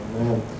Amen